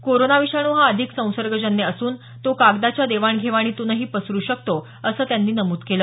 corona विषाणू हा अधिक संसर्गजन्य असून तो कागदाच्या देवाणघेवाणीतूनही पसरु शकतो असं त्यांनी नमूद केलं